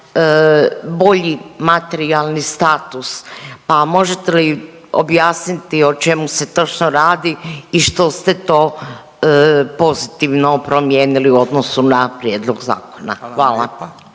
bolji materijalni status, pa možete li objasniti o čemu se točno radi i što ste to pozitivno promijenili u odnosu na prijedlog zakona? Hvala.